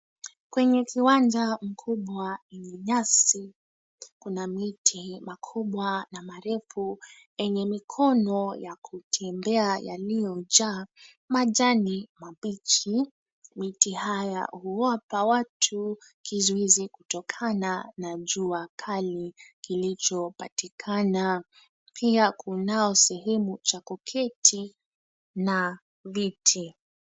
Kwenye kiwanja mkubwa yenye nyasi kuna miti makubwa na marefu yenye mikono ya kutembea yaliyojaa majani mabichi. Miti haya huwapa watu kizuizu kutokana na jua kali kilichopatikana. Pia kunao sehemu cha kuketi na viti.